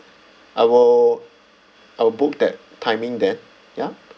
I will I will book that timing then yup